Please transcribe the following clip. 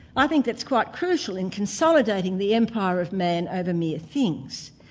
i think it's quite crucial in consolidating the empire of man over mere things.